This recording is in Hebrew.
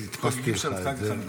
הדפסתי לך את זה,